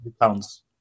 pounds